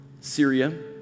Syria